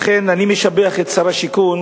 לכן, אני משבח את שר השיכון,